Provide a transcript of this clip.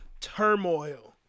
turmoil